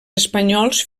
espanyols